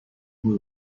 muy